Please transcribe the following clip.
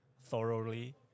thoroughly